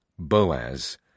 Boaz